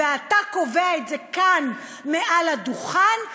ואתה קובע את זה כאן מעל הדוכן,